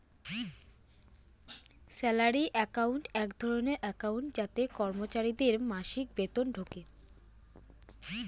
salary account এক ধরনের account যাতে কর্মচারীদের মাসিক বেতন ঢোকে